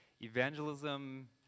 evangelism